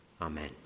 Amen